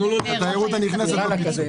את התיירות הנכנסת לא פיצו.